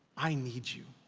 i need you.